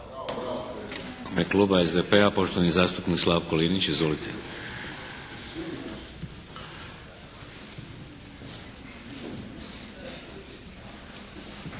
Hvala